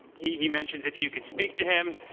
he he mentions if you could speak to him,